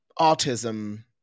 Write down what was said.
autism